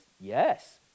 yes